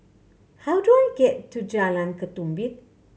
how do I get to Jalan Ketumbit